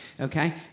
okay